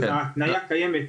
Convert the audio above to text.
זאת אומרת, ההתניה הזו קיימת.